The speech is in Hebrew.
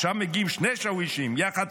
עכשיו מגיעים שני שאווישים יחד,